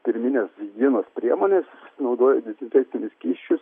pirmines higienos priemones naudoja dezinfekcinius skysčius